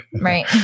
Right